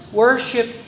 worship